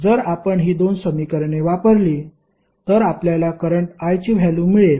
जर आपण ही 2 समीकरणे वापरली तर आपल्याला करंट I ची व्हॅल्यु मिळेल